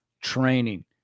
training